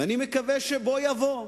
ואני מקווה שבוא יבוא.